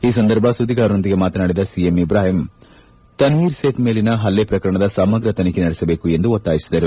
ಈ ಸಂದರ್ಭ ಸುದ್ದಿಗಾರರೊಂದಿಗೆ ಮಾತನಾಡಿದ ಸಿಎಂ ಇಬ್ರಾಹೀಂ ತನ್ವೀರ್ ಸೇತ್ ಮೇಲಿನ ಹಲ್ಲೆ ಪ್ರಕರಣದ ಸಮಗ್ರ ತನಿಖೆ ನಡೆಸಬೇಕು ಎಂದು ಒತ್ತಾಯಿಸಿದರು